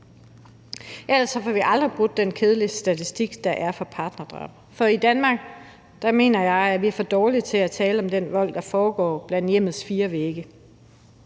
for ellers får vi aldrig brudt den kedelige statistik, der er for partnerdrab. Jeg mener, at vi i Danmark er for dårlige til at tale om den vold, der foregår inden for hjemmets fire vægge.